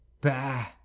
Bah